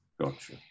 Gotcha